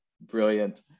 Brilliant